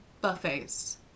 Buffets